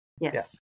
Yes